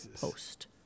post